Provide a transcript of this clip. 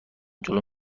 جلوم